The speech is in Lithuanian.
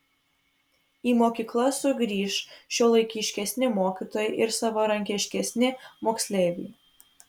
į mokyklas sugrįš šiuolaikiškesni mokytojai ir savarankiškesni moksleiviai